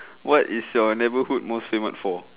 what is your neighbourhood most famous for